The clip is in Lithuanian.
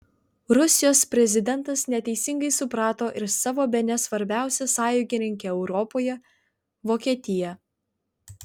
rusijos prezidentas neteisingai suprato ir savo bene svarbiausią sąjungininkę europoje vokietiją